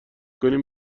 کنیم